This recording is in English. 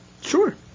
Sure